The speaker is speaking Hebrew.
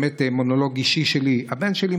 באמת מונולוג אישי שלי: הבן שלי,